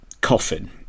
coffin